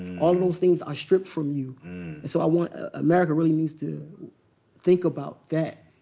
all those things are stripped from you. and so i want america really needs to think about that,